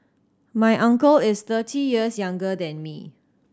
my uncle is thirty years younger than me